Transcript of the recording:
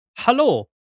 Hello